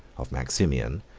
of maximian,